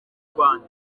rwanda